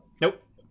Nope